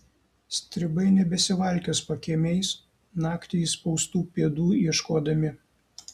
stribai nebesivalkios pakiemiais naktį įspaustų pėdų ieškodami